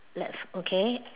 that's okay